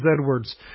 Edwards